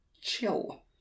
Chill